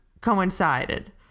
coincided